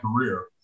career